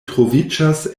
troviĝas